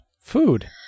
food